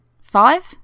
Five